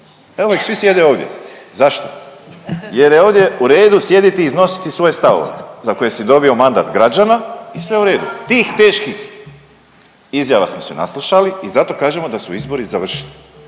Evo ih svi sjede ovdje. Zašto? Jer je ovdje u redu sjediti i iznositi svoje stavove za koje si dobio mandat građana i sve u redu. Tih teških izjava smo se naslušali i zato kažemo da su izbori završili.